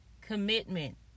commitment